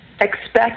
expect